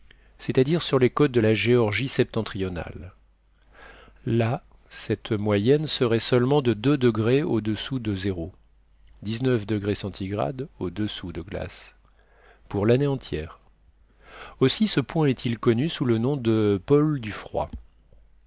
c'est-à-dire sur les côtes de la géorgie septentrionale là cette moyenne serait seulement de deux degrés au-dessous de zéro pour l'année entière aussi ce point est-il connu sous le nom de pôle du froid